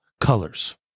colors